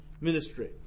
ministry